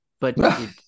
But-